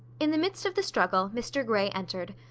in the midst of the struggle, mr grey entered.